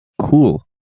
Cool